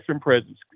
presence